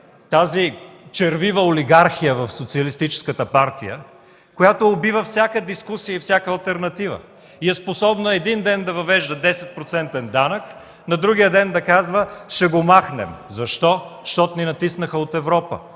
тази червива олигархия в Социалистическата партия, която убива всяка дискусия и всяка алтернатива, и е способна един ден да въвежда десет процентен данък, а на другия ден да казва: „Ще го махнем!” Защо? Защото ни натиснаха от Европа,